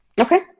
Okay